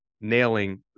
nailing